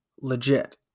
legit